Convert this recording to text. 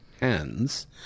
hands